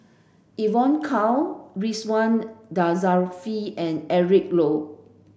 Evon Kow Ridzwan Dzafir and Eric Low